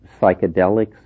psychedelics